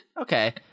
Okay